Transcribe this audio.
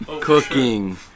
cooking